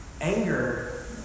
Anger